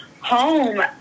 home